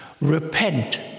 Repent